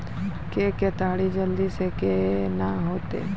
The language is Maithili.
के केताड़ी जल्दी से के ना होते?